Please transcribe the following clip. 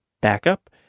backup